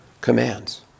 commands